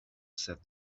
said